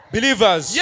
Believers